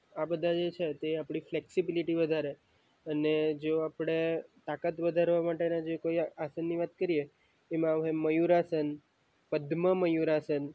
આ બધા જે છે તે આપણી ફ્લેક્સિબિલિટી વધારે અને જો આપણે તાકાત વધારવા માટેના જે કોઈ આસનની વાત કરીએ એમાં આવશે મયુરાસન પદ્મયુરાસન